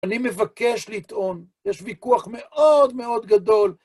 אני מבקש לטעון, יש ויכוח מאוד מאוד גדול.